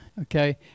Okay